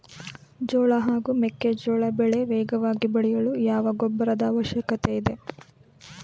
ಜೋಳ ಹಾಗೂ ಮೆಕ್ಕೆಜೋಳ ಬೆಳೆ ವೇಗವಾಗಿ ಬೆಳೆಯಲು ಯಾವ ಗೊಬ್ಬರದ ಅವಶ್ಯಕತೆ ಇದೆ?